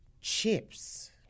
chips